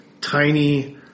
tiny